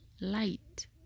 Light